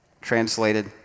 Translated